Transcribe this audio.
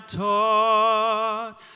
taught